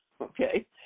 okay